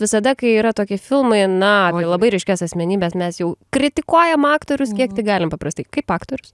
visada kai yra tokie filmai na labai ryškias asmenybes mes jau kritikuojam aktorius kiek tik galim paprastai kaip aktorius